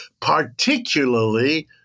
particularly